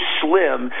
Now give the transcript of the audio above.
slim